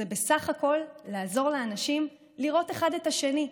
זה בסך הכול לעזור לאנשים לראות אחד את השני.